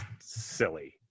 silly